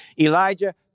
Elijah